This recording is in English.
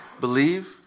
believe